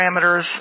parameters